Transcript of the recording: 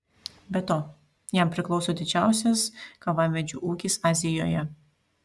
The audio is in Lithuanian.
be to jam priklauso didžiausias kavamedžių ūkis azijoje